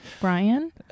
Brian